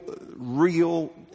real